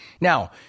now